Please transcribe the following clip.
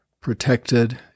protected